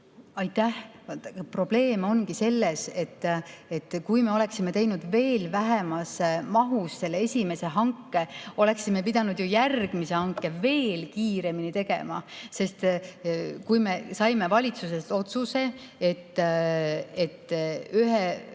Aitäh! Probleem on selles, et kui me oleksime teinud veel vähemas mahus selle esimese hanke, siis oleksime pidanud ju järgmise hanke veel kiiremini tegema. Me saime valitsuselt otsuse, et ühe